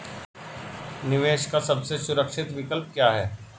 निवेश का सबसे सुरक्षित विकल्प क्या है?